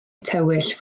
tywyll